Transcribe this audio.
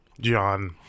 John